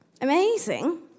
Amazing